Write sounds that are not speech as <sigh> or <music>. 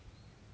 <coughs>